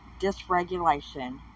dysregulation